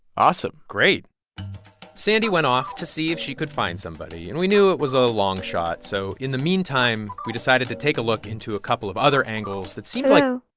awesome. great sandy went off to see if she could find somebody. and we knew it was ah a long shot. so in the meantime, we decided to take a look into a couple of other angles that that seemed like. hello?